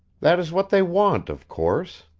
that is what they want, of course.